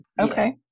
Okay